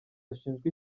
ashinjwa